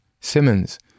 Simmons